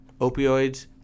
opioids